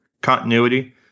continuity